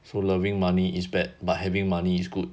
for loving money is bad but having money is good